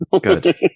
Good